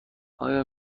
آیا